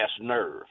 nerve